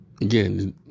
Again